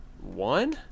one